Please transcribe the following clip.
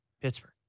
Pittsburgh